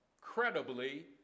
credibly